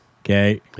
okay